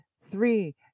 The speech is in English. three